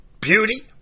beauty